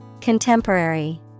Contemporary